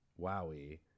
Wowie